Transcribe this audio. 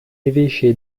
évêché